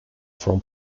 from